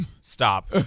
Stop